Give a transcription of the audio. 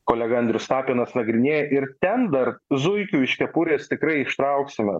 kolega andrius tapinas nagrinėja ir ten dar zuikių iš kepurės tikrai ištrauksime